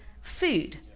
food